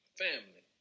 family